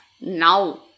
now